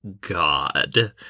god